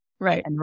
Right